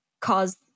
cause